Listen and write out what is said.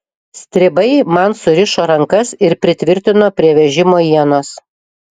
stribai man surišo rankas ir pritvirtino prie vežimo ienos